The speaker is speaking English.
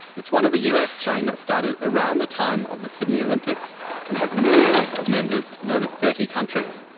it's one of a us chain that started around the time of the sydney olympics and has millions of members in over thirty countries.